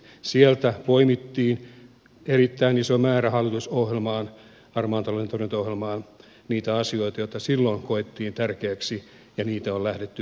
sieltä poimittiin erittäin iso määrä hallitusohjelmaan harmaan talouden torjuntaohjelmaan niitä asioita joita silloin koettiin tärkeiksi ja niitä on lähdetty viemään eteenpäin